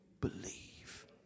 believe